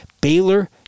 Baylor